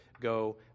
go